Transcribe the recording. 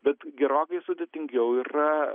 bet gerokai sudėtingiau yra